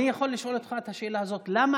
אני יכול לשאול אותך את השאלה הזאת: למה